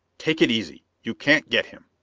take it easy! you can't get him!